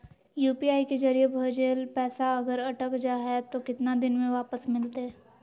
UPI के जरिए भजेल पैसा अगर अटक जा है तो कितना दिन में वापस मिलते?